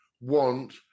want